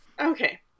Okay